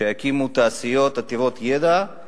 שיקימו תעשיות עתירות ידע.